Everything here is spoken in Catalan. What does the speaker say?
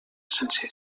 sense